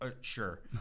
Sure